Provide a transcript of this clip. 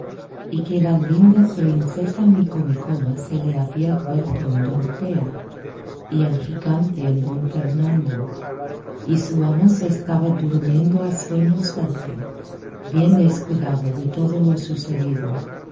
y que la linda princesa micomicona se le había vuelto en dorotea y el gigante en don fernando y su amo se estaba durmiendo a sueño suelto bien descuidado de todo lo sucedido